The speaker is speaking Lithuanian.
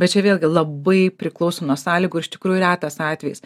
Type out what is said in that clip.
bet čia vėlgi labai priklauso nuo sąlygų ir iš tikrųjų retas atvejis